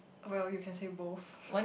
well you can say both